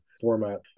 format